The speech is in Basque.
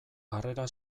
harrera